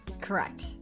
Correct